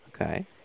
Okay